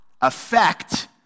affect